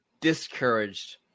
discouraged